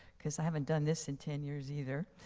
because i haven't done this in ten years either.